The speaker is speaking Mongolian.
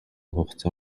хугацаа